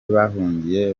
bahahungiye